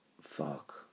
Fuck